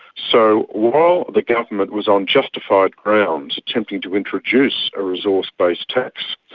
so while the government was on justified grounds, attempting to introduce a resource-based tax,